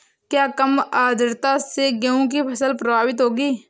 क्या कम आर्द्रता से गेहूँ की फसल प्रभावित होगी?